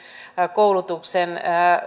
koulutuksen